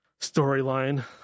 storyline